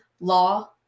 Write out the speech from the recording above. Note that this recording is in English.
law